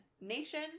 nation